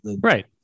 right